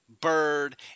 Bird